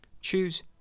choose